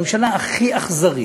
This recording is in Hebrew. הממשלה הכי אכזרית.